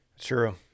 True